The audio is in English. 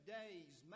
days